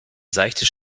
seichte